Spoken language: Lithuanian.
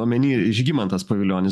omeny žygimantas pavilionis